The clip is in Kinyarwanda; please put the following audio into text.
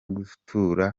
gutura